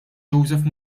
joseph